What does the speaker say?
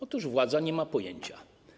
Otóż władza nie ma pojęcia.